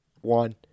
one